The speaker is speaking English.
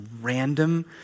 random